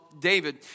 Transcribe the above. David